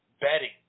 betting